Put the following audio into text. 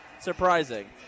surprising